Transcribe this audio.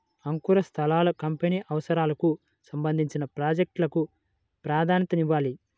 అంకుర సంస్థలు కంపెనీ అవసరాలకు సంబంధించిన ప్రాజెక్ట్ లకు ప్రాధాన్యతనివ్వాలి